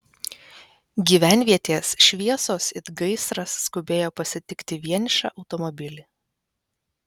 gyvenvietės šviesos it gaisras skubėjo pasitikti vienišą automobilį